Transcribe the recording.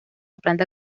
planta